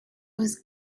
was